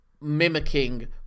mimicking